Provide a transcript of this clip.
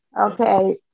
Okay